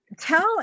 tell